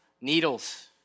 needles